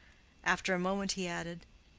after a moment, he added,